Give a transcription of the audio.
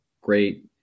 great